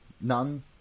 None